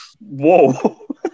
Whoa